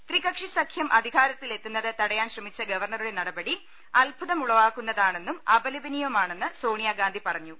ത്രികക്ഷി സഖ്യം അധികാര്ത്തിൽ എത്തുന്നത് തടയാൻ ശ്രമിച്ചു ഗവർണറുടെ നട്പടി അത്ഭുതമുളവാക്കുന്നതും അപലപ നീയവുമാണെന്ന് സോണിയാഗാന്ധി പറഞ്ഞു